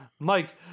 Mike